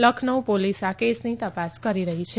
Lucknow police આ કેસની તપાસ કરી રહી છે